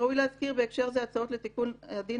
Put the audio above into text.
ראוי להזכיר בהקשר זה הצעות לתיקון הדין